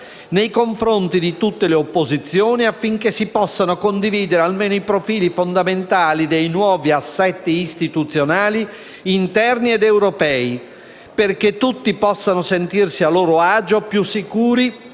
nei confronti di tutte le opposizioni, affinché si possano condividere almeno i profili fondamentali dei nuovi assetti istituzionali interni ed europei, perché tutti possano sentirsi a loro agio e più sicuri